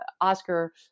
Oscar